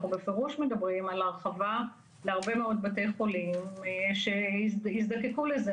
בפירוש מדברים על הרחבה להרבה מאוד בתי חולים שיזדקקו לזה,